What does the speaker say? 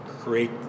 create